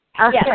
Okay